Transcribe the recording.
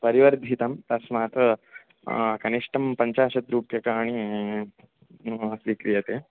परिवर्धितं तस्मात् कनिष्टं पञ्चाशत् रूप्यकाणि स्वीक्रियते